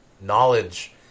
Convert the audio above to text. Knowledge